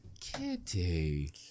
Kitty